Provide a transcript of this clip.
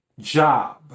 job